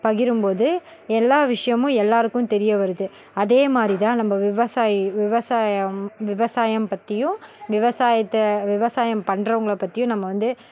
பகிரும் போது எல்லா விஷயமும் எல்லாருக்கும் தெரியவருது அதேமாதிரி தான் நம்ம விவசாயி விவசாயம் விவசாயம் பற்றியும் விவசாயத்தை விவசாயம் பண்றவங்கள பற்றியும் நம்ம வந்து